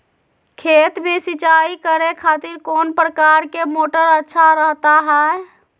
खेत में सिंचाई करे खातिर कौन प्रकार के मोटर अच्छा रहता हय?